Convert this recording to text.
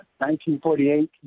1948